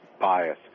bias